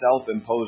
self-imposed